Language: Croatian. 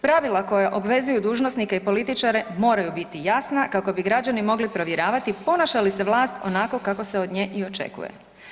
Pravila koja obvezuju dužnosnike i političare moraju biti jasna kako bi građani mogli provjeravati ponaša li se vlast onako kako se od nje i očekuje.